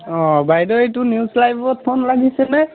বাইদেউ এইটো নিউজ লাইভত ফোন লাগিছে নে